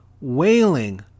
wailing